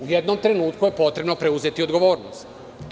U jednom trenutku je potrebno preuzeti odgovornost.